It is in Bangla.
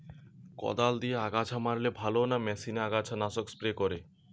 কদাল দিয়ে আগাছা মারলে ভালো না মেশিনে আগাছা নাশক স্প্রে করে?